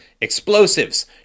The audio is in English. explosives